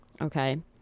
okay